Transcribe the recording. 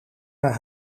naar